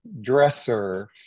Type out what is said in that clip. dresser